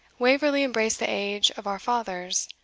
waverley embraced the age of our fathers,